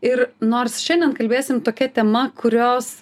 ir nors šiandien kalbėsim tokia tema kurios